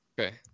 Okay